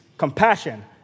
compassion